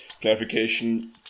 clarification